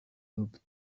lobes